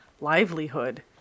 livelihood